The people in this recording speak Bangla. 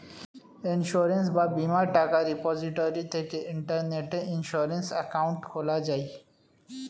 ইন্সুরেন্স বা বীমার টাকা রিপোজিটরি থেকে ইন্টারনেটে ইন্সুরেন্স অ্যাকাউন্ট খোলা যায়